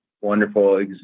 wonderful